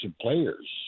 players